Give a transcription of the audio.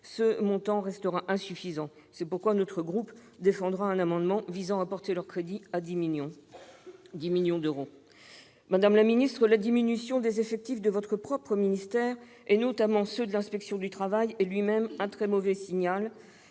ce montant reste insuffisant. C'est pourquoi notre groupe défendra un amendement visant à porter ces crédits à 10 millions d'euros. Madame la ministre, la diminution des effectifs de votre propre ministère, notamment de ceux de l'inspection du travail, est un très mauvais signal,